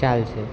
ચાલશે